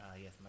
yes